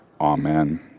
Amen